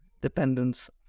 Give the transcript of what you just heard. dependence